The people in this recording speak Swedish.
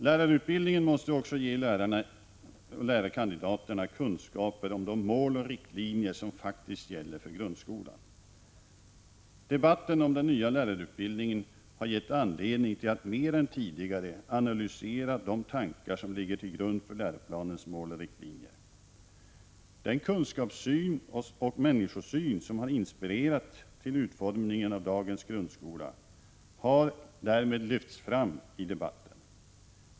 Lärarutbildningen måste också ge lärarkandidaterna kunskaper om de mål och riktlinjer som faktiskt gäller för grundskolan. Debatten om den nya lärarutbildningen har givit anledning till att mer än tidigare analysera de tankar som ligger till grund för läroplanens mål och riktlinjer. Den kunskapssyn och människosyn som har inspirerat till utformningen av dagens grundskola har därmed lyfts fram i debatten.